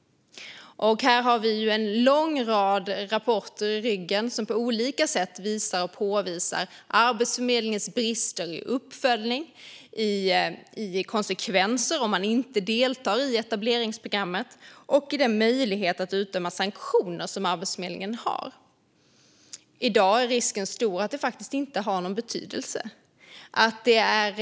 Här har vi ju en lång rad rapporter i ryggen som på olika sätt visar på Arbetsförmedlingens brister i uppföljning när det gäller konsekvenser för dem som inte deltar i etableringsprogrammet och när det gäller den möjlighet att utdöma sanktioner som Arbetsförmedlingen har. I dag är risken stor för att det faktiskt inte har någon betydelse.